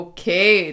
Okay